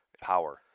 Power